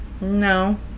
no